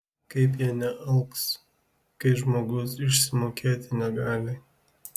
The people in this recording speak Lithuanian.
kaip jie nealks kai žmogus išsimokėti negali